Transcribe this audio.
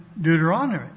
Deuteronomy